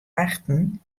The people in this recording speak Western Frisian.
achten